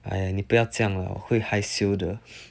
!aiya! 你不要这样我会害羞的